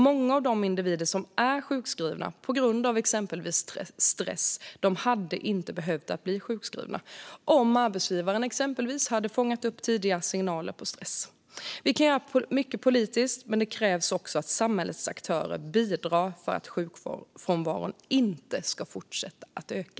Många av de individer som är sjukskrivna på grund av exempelvis stress hade inte behövt bli sjukskrivna om arbetsgivaren till exempel hade fångat upp tidiga signaler på stress. Vi kan göra mycket politiskt, men det krävs också att samhällets aktörer bidrar för att sjukfrånvaron inte ska fortsätta att öka.